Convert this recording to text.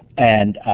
and